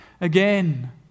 again